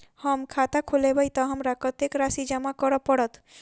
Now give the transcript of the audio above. हम खाता खोलेबै तऽ हमरा कत्तेक राशि जमा करऽ पड़त?